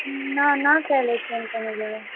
ना ना कयने छियनि कोनो जगह